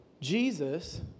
Jesus